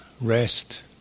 rest